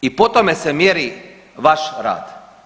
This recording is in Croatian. I po tome se mjeri vaš rat.